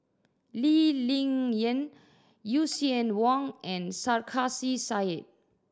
Lee Ling Yen Lucien Wang and Sarkasi Said